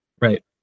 Right